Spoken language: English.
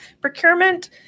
procurement